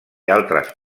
altres